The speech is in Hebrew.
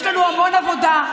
יש לנו המון עבודה,